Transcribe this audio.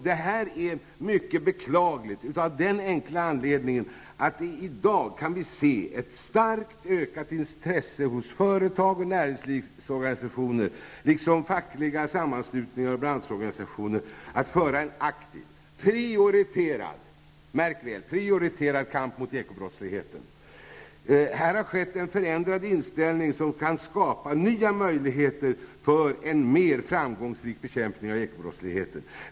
Detta är mycket beklagligt av den enkla anledningen att vi i dag kan se ett starkt ökat intresse hos företag, näringslivsorganisationer, fackliga sammanslutningar och branschorganisationer att föra en aktiv, prioriterad, märk väl prioriterad, kamp mot ekobrottsligheten. I detta sammanhang har det skett en förändring när det gäller inställningen som kan skapa nya möjligheter för en mer framgångsrik bekämpning av ekobrottsligheten.